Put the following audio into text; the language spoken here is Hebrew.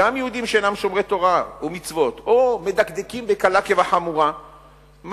גם יהודים שאינם שומרי תורה ומצוות או מדקדקים בקלה כבחמורה מגיעים